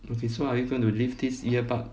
okay so are you going to leave this earbud